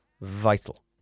vital